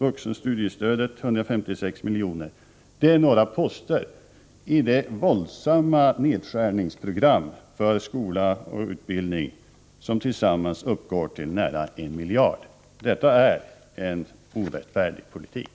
De tar 156 miljoner från vuxenstudiestödet. Det är några av posterna i det våldsamma nedskärningsprogram för skola och utbildning som tillsammans uppgår till nära 1 miljard. Detta är en orättfärdig politik.